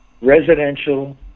Residential